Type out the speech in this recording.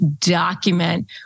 document